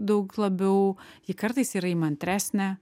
daug labiau ji kartais yra įmantresnė